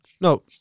no